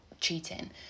cheating